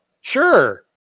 Sure